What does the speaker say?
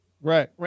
Right